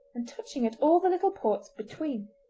and touching at all the little ports between.